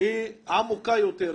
היא עמוקה יותר.